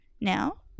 now